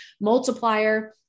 multiplier